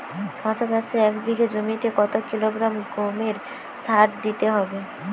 শশা চাষে এক বিঘে জমিতে কত কিলোগ্রাম গোমোর সার দিতে হয়?